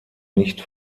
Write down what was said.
nicht